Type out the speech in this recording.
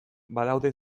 badaude